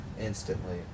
instantly